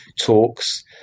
talks